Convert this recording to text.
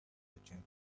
merchant